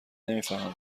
نمیفهمم